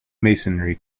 masonry